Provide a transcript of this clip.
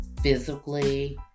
physically